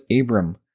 Abram